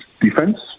defense